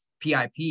PIP